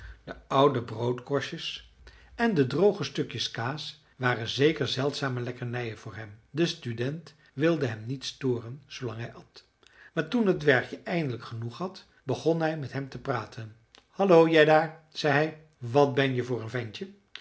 de oude broodkorstjes en de droge stukjes kaas waren zeker zeldzame lekkernijen voor hem de student wilde hem niet storen zoolang hij at maar toen het dwergje eindelijk genoeg had begon hij met hem te praten hallo jij daar zei hij wat ben je voor een ventje